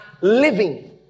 living